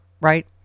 right